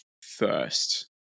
first